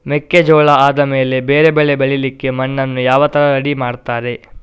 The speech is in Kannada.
ಮೆಕ್ಕೆಜೋಳ ಆದಮೇಲೆ ಬೇರೆ ಬೆಳೆ ಬೆಳಿಲಿಕ್ಕೆ ಮಣ್ಣನ್ನು ಯಾವ ತರ ರೆಡಿ ಮಾಡ್ತಾರೆ?